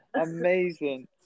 Amazing